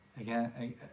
again